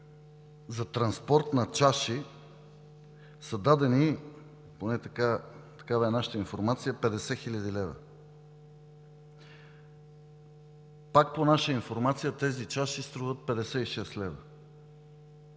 за транспорт на чаши са дадени, поне такава е нашата информация, 50 хил. лв. Пак по наша информация тези чаши струват 56 лв.